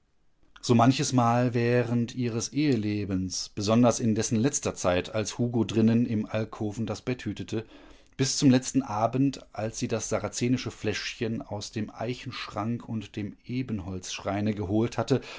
so manchesmal während ihres ehelebens besonders in dessen letzter zeit als hugo drinnen im alkoven das bett hütete bis zum letzten abend als sie das sarazenische fläschchen aus dem eichenschrank und dem ebenholzschreine geholt hatte